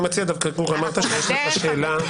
גור, אמרת שיש לך שאלה.